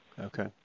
Okay